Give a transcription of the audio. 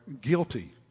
guilty